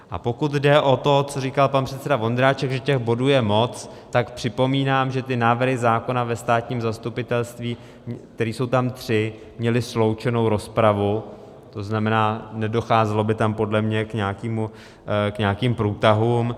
A pokud jde o to, co říkal pan předseda Vondráček, že těch bodů je moc, tak připomínám, že ty návrhy zákona o státním zastupitelství, které jsou tam tři, měly sloučenou rozpravu, to znamená, nedocházelo by tam podle mě k nějakým průtahům.